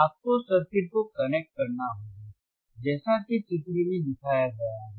आपको सर्किट को कनेक्ट करना होगा जैसा कि चित्र में दिखाया गया है